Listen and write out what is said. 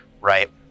right